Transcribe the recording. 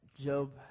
Job